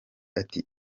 ati